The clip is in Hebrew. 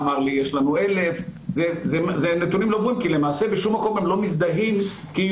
אמר לי שיש להם 1,000. למעשה בשום מקום הם לא מזדהים כיהודים,